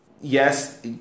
yes